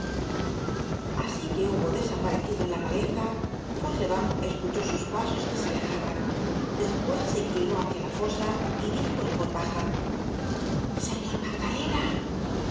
asi que hubo desaparecido en la maleza fauchelevent escuchó sus pasos que se alejaban despues se inclinó hácia la fosa y dijo en voz baja señor magdalena